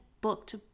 booked